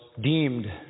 deemed